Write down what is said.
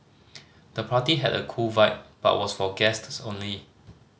the party had a cool vibe but was for guests only